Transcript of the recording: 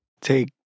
take